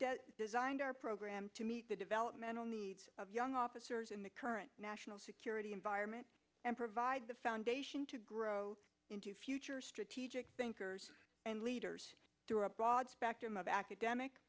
and our program to meet the developmental needs of young officers in the current national security environment and provide the foundation to grow into future strategic thinkers and leaders through a broad spectrum of academic